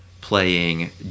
playing